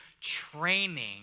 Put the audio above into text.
training